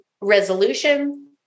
resolution